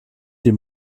die